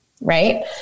Right